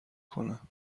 کنم